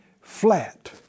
Flat